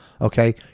Okay